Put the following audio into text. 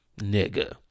nigga